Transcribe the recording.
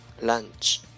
lunch